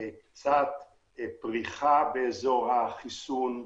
קצת פריחה באזור החיסון,